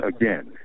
again